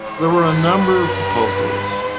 there were a number of proposals,